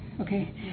Okay